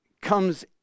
comes